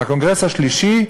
בקונגרס השלישי.